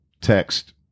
text